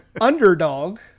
underdog